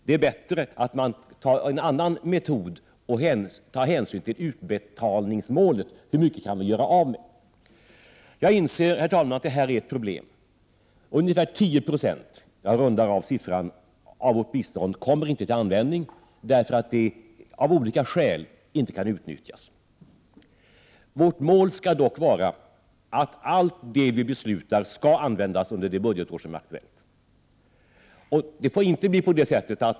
Det är bättre att använda en annan metod och ta hänsyn till utbetalningsmålet — hur mycket kan vi göra av med? Jag inser, herr talman, att det här är ett problem. Ungefär 10 96 — jag rundar av siffran — av vårt bistånd kommer inte till användning därför att det av olika skäl inte kan utnyttjas. Vårt mål skall dock vara att allt det riksdagen anvisar skall användas under det budgetår som är aktuellt.